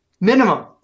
Minimum